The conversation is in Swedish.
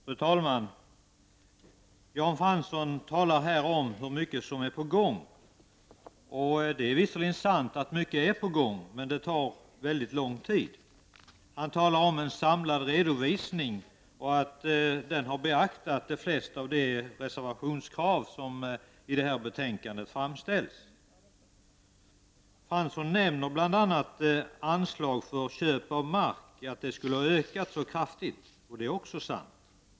Fru talman! Jan Fransson talar här om hur mycket som är på gång. Det är visserligen sant att mycket är på gång, men det tar väldigt lång tid. Han talar om en samlad redovisning, som har beaktat de flesta av de reservationskrav som ställs i det här betänkandet. Jan Fransson nämnde bl.a. att anslagen för köp av mark skulle ha ökat kraftigt. Det är också sant.